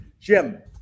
Jim